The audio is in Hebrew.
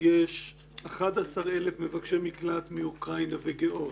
יש 11,000 מבקשי מקלט מאוקראינה וגיאורגיה.